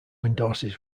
endorses